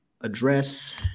address